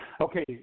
Okay